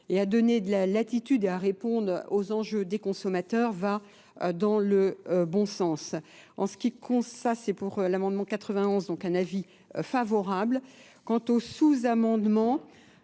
et à donner de la latitude et à répondre aux enjeux des consommateurs va dans le bon sens. En ce qui compte, ça c'est pour l'amendement 91 donc un avis favorable. Quant au sous-amendement,